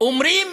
אומרים